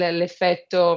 l'effetto